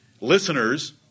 listeners